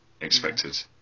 expected